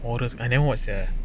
forest gump I never watch sia